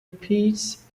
peace